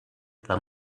their